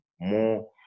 more